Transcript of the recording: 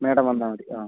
madam വന്നാൽ മതി ആ